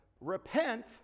repent